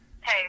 Hey